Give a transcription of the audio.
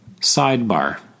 Sidebar